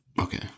Okay